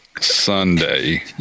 Sunday